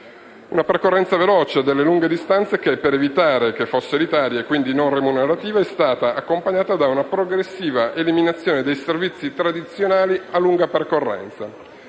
una percorrenza veloce delle lunghe distanze che, per evitare che fosse elitaria e quindi non remunerativa, è stata accompagnata da una progressiva eliminazione dei servizi tradizionali a lunga percorrenza,